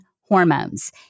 hormones